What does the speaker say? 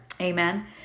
Amen